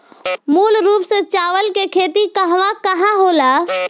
मूल रूप से चावल के खेती कहवा कहा होला?